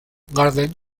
garden